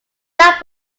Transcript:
that